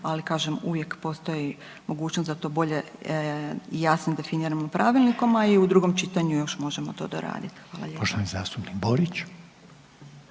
ali kažem, uvijek postoji mogućnost da to bolje i jasnije definiramo pravilnikom, a i u drugom čitanju još možemo to doraditi. Hvala lijepo.